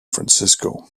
francisco